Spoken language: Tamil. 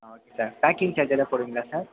ஆ ஓகே சார் பேக்கிங் சார்ஜல்லாம் போடுவீங்களா சார்